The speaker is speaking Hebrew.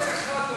עץ אחד לא,